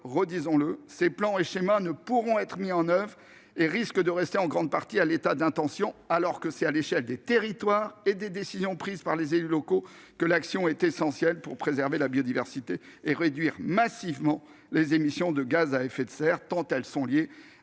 moyens, ces plans et schémas ne pourront être mis en oeuvre ; ils risquent de rester en grande partie à l'état d'intention, alors que c'est à l'échelle de ces territoires, par les décisions prises par les élus locaux, que l'action est essentielle pour préserver la biodiversité et réduire massivement les émissions de gaz à effet de serre, tant celles-ci sont liées